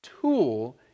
tool